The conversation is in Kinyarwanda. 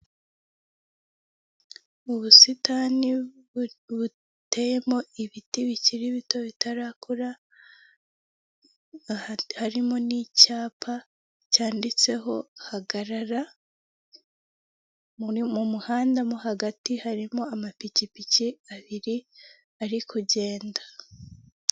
Mu busitani buteyemo ibiti bikiri bito bitarakura, harimo n'icyapa cyanditseho hagarara, mu muhanda mo hagati harimo amapikipiki abiri ari kugenda.